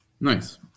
Nice